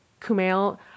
Kumail